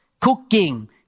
Cooking